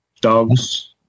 dogs